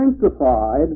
sanctified